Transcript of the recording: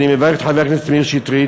אני מברך את חבר הכנסת מאיר שטרית,